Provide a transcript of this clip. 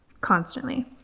constantly